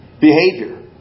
behavior